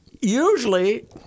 usually